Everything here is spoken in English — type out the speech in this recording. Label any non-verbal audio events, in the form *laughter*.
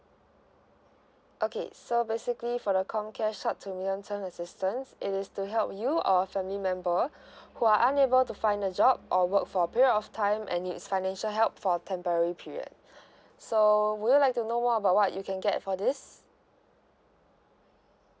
okay so basically for the comcare short to medium term assistance it is to help you or a family member *breath* who are unable to find a job or work for a period of time and needs financial help for temporary period *breath* so would you like to know more about what you can get for this